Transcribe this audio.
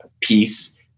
peace